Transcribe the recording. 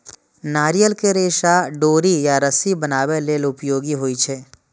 नारियल के रेशा डोरी या रस्सी बनाबै लेल उपयोगी होइ छै